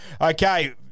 Okay